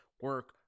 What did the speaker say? Work